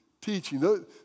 teaching